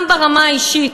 גם ברמה האישית,